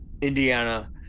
Indiana